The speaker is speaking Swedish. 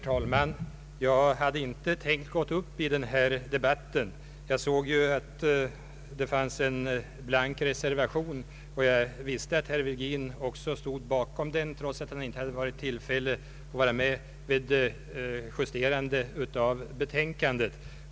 Herr talman! Jag hade inte ämnat gå upp i denna debatt. Jag såg att det fanns en blank reservation fogad till utskottets utlåtande, och jag visste att herr Virgin stod bakom den, trots att han inte hade tillfälle att vara med vid justeringen av utlåtandet.